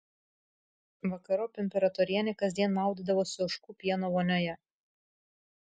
vakarop imperatorienė kasdien maudydavosi ožkų pieno vonioje